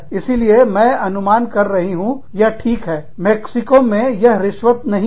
इसीलिए मैं अनुमान कर रही हूं यह ठीक है मेक्सिको में यह रिश्वत नहीं है